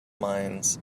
minds